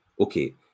Okay